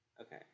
okay